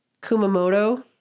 kumamoto